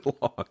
long